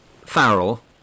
Farrell